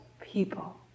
people